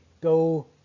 go